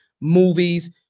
Movies